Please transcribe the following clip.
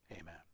Amen